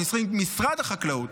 משרד החקלאות,